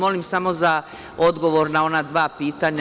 Molim samo za odgovor na ona dva pitanja.